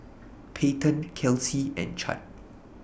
Payten Kelsie and Chadd